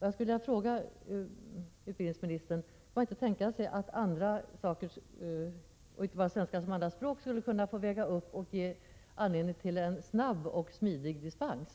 Jag skulle vilja fråga utbildningsministern: Kan man inte tänka sig att andra kunskaper — inte bara svenska som andra språk — kunde få väga upp brister i den formella kompetensen och ge anledning till en snabb och smidig dispens?